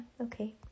okay